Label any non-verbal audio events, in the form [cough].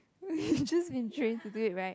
[laughs] just been trained to do it [right]